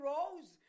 Rose